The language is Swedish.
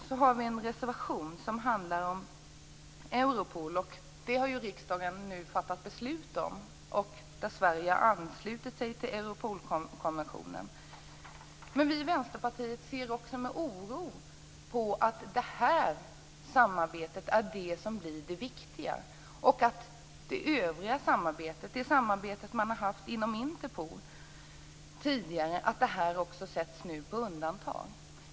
Vi har en reservation som handlar om Europol. Riksdagen har fattat beslut, och Sverige har anslutit sig till Europolkonventionen. Vi i Vänsterpartiet ser med oro på att detta samarbete blir det viktiga och att övrigt samarbete - det man tidigare har haft inom Interpol - sätts på undantag.